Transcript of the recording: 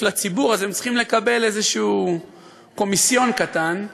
לציבור אז הם צריכים לקבל איזשהו קומיסיון קטן,